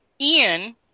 ian